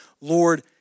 Lord